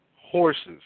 horses